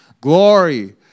glory